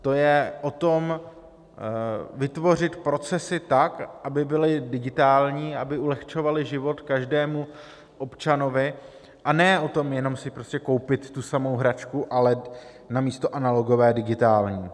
To je o tom vytvořit procesy tak, aby byly digitální, aby ulehčovaly život každému občanovi, ne o tom, jenom si prostě koupit tu samou hračku, ale místo analogové digitální.